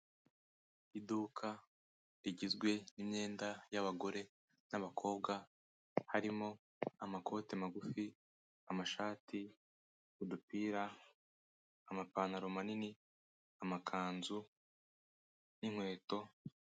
Iduka rigizwe n'imyenda y'abagore n'abakobwa, harimo amakoti magufi, amashati, udupira, amapantaro manini, amakanzu n'inkweto.